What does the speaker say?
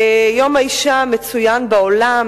יום האשה מצוין בעולם,